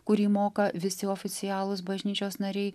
kurį moka visi oficialūs bažnyčios nariai